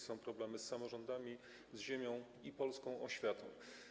Są problemy z samorządami, z ziemią i polską oświatą.